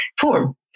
form